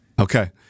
Okay